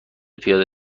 پیاده